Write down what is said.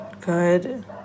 Good